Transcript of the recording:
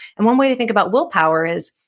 and one way to think about willpower is,